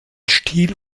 stil